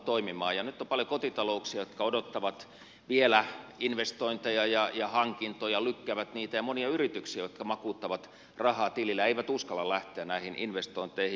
nyt on paljon kotitalouksia jotka odottavat vielä investointeja ja hankintoja lykkäävät niitä ja monia yrityksiä jotka makuuttavat rahaa tilillä eivät uskalla lähteä näihin investointeihin